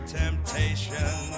temptation